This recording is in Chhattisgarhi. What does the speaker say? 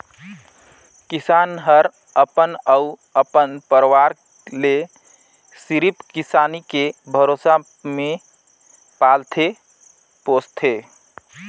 किसान हर अपन अउ अपन परवार ले सिरिफ किसानी के भरोसा मे पालथे पोसथे